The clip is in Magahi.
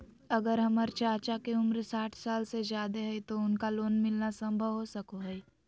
अगर हमर चाचा के उम्र साठ साल से जादे हइ तो उनका लोन मिलना संभव हो सको हइ?